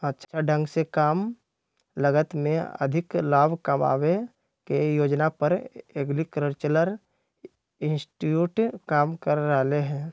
अच्छा ढंग से कम लागत में अधिक लाभ कमावे के योजना पर एग्रीकल्चरल इंस्टीट्यूट काम कर रहले है